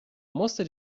musste